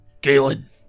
Galen